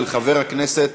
של חבר הכנסת